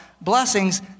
blessings